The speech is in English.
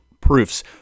proofs